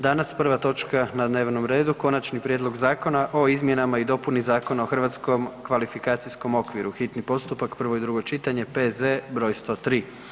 Danas prva točka na dnevnom redu: - Konačni prijedlog zakona o izmjenama i dopuni Zakona o hrvatskom kvalifikacijskom okviru, hitni postupak, prvo i drugo čitanje, P.Z. br. 103.